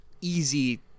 easy